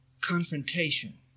confrontation